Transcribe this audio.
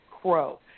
Crow